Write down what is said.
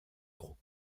gros